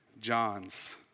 John's